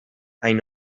hain